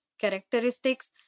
characteristics